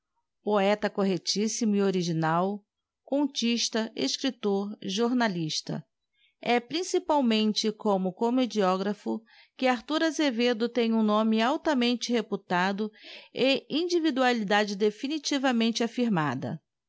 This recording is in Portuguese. poeta correctíssimo e original contista escriptor jornalista é principalmente como comediographo que arthur azevedo tem um nome altamente reputado e individualidade definitivamente afirmada